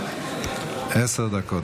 עשר דקות.